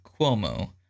Cuomo